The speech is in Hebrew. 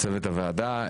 צוות הוועדה,